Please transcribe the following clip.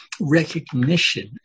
recognition